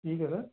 ठीक है सर